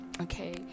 okay